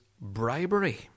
bribery